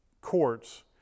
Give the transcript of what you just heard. courts